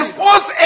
force